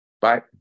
Bye